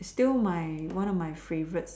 is still my one of my favourites